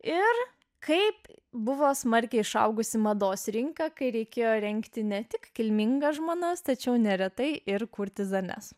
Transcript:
ir kaip buvo smarkiai išaugusi mados rinka kai reikėjo rengti ne tik kilmingas žmonas tačiau neretai ir kurtizanes